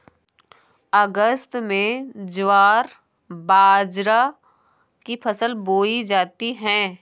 अगस्त में ज्वार बाजरा की फसल बोई जाती हैं